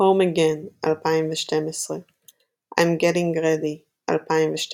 Home Again - 2012 I'm Getting Ready - 2012